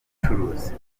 bucuruzi